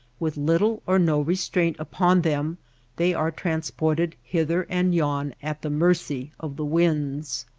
with little or no restraint upon them they are transported hither and yon at the mercy of the winds.